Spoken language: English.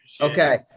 okay